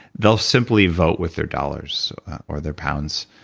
they'll simply vote with their dollars or their pounds.